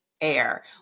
air